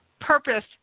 purpose